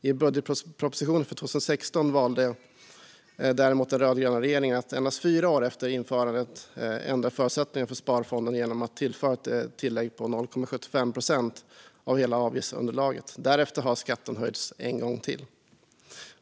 I budgetpropositionen för 2016 valde däremot den rödgröna regeringen att endast fyra år efter införandet ändra förutsättningarna för sparfonden genom att tillföra ett tillägg på 0,75 procent av hela avgiftsunderlaget. Därefter har skatten höjts en gång till.